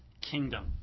kingdom